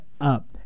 up